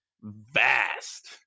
vast